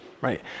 right